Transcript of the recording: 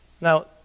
Now